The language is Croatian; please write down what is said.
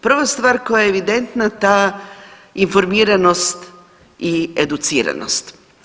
Prva stvar koja je evidentna ta informiranost i educiranost.